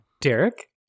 Derek